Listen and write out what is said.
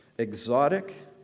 Exotic